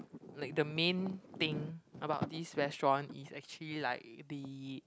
like the main thing about this restaurant is actually like the